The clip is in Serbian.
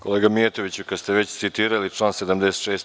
Kolega Mijatoviću, kada ste već citirali član 76.